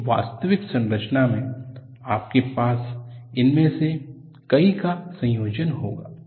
एक वास्तविक संरचना में आपके पास इनमें से कई का संयोजन होगा